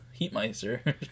Heatmeister